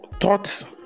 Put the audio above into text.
thoughts